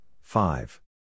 five